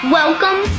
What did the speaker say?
welcome